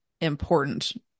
important